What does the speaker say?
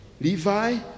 Levi